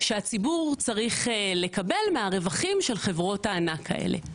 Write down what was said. שהציבור צריך לקבל מהרווחים של חברות הענק האלה.